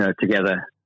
Together